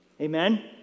Amen